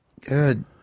Good